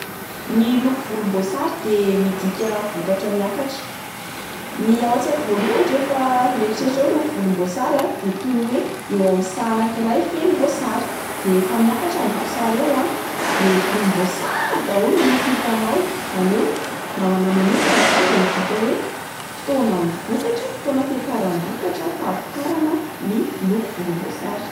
Ny loko volomboasary dia midika vokatra miakatra. Ny ao an-tsaiko voalohany rehefa mieritreritra hoe loko volombôsary dia toa hoe eo amin'ny saha anakiray feno voasary. De rehefa miakatra ny voasary eo a, de volomboasary daoly ny loko itanao. Izany hoe raha ho anà manokana izany de midika hoe fotoanan'ny vokatra- fotoanan'ny fiakaram-bokatra- fahavokarana ny loko volomboasary.